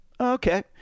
okay